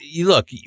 Look